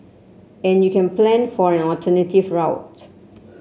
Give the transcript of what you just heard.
and you can plan for an alternative route